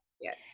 Yes